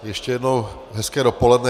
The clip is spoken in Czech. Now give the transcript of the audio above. Ještě jednou hezké dopoledne.